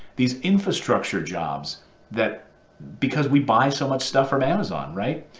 these infrastructure jobs that because we buy so much stuff from amazon, right,